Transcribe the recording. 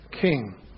king